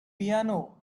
piano